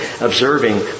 observing